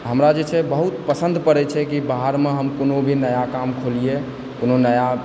हमरा जे छै बहुत पसन्द पड़ै छै कि बाहरमे हम कोनो भी नया काम खोलियै कोनो नया